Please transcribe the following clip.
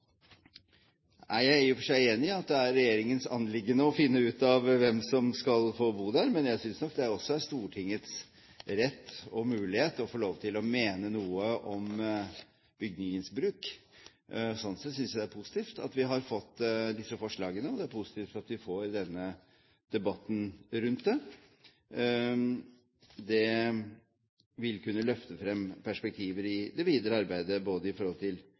er jeg i og for seg enig i at det er regjeringens anliggende å finne ut av hvem som skal få bo i Grotten, men jeg synes nok også det er Stortingets rett å få mulighet og lov til å mene noe om bygningens bruk. Sånn sett synes jeg det er positivt at vi har fått disse forslagene, og det er positivt at vi får denne debatten rundt dem. Det vil kunne løfte frem perspektiver i det videre arbeidet både i forhold til